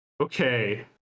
Okay